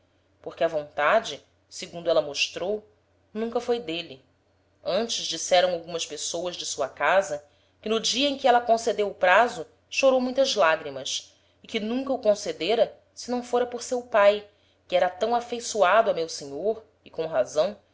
porque a vontade segundo éla mostrou nunca foi d'êle antes disseram algumas pessoas de sua casa que no dia em que éla concedeu o praso chorou muitas lagrimas e que nunca o concedera se não fôra por seu pae que era tam afeiçoado a meu senhor e com